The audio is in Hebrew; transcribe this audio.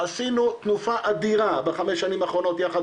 עשינו תנופה אדירה בחמש שנים האחרונות יחד